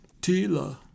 Tila